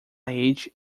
rede